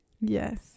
Yes